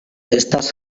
estas